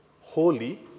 holy